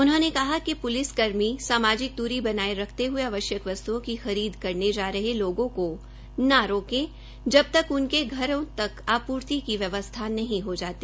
उन्होंने कहा कि पुलिस कर्मी सामाजिक दूरी बनाये रखते ह्ये आवश्यक वस्त्ओं की खरीद करने जा रहे लोगों को न रोके जब तक उनके घरों तक आपूर्ति की व्यवसथा नहीं हो जाती